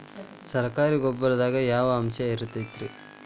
ಸರಕಾರಿ ಗೊಬ್ಬರದಾಗ ಯಾವ ಅಂಶ ಇರತೈತ್ರಿ?